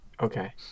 Okay